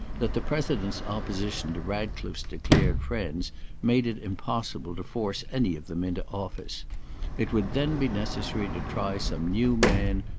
that the president's opposition to ratcliffe's declared friends made it impossible to force any of them into office it would then be necessary to try some new man,